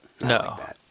No